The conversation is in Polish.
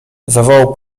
zawołał